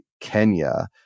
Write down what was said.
Kenya